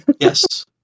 Yes